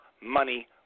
money